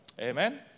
Amen